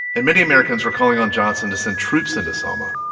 and many americans were calling on johnson to send troops into selma.